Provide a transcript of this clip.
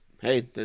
hey